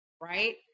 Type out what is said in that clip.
right